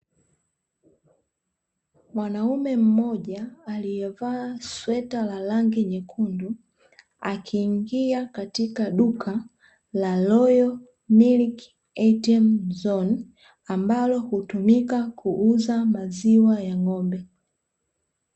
Mwanaume mmoja aliyevaa sweta la rangi nyekundu akiingia katika duka la "LOYAL MILK ATM ZONE", ambalo hutumika kuuza maziwa ya ng'ombe.